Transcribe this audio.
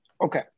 Okay